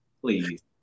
please